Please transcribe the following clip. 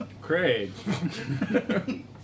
Craig